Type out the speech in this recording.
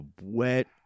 wet